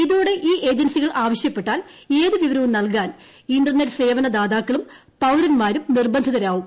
ഇതോടെ ഈ ഏജൻസികൾ ആവശ്യപ്പെട്ടാൽ ഏത് വിവരവും നൽകാൻ ഇന്റർനെറ്റ് സേവനദാതാക്കളും പൌരന്മാരും നിർബന്ധിതരാവും